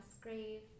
grave